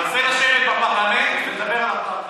יפה לשבת בפרלמנט ולדבר על אפרטהייד.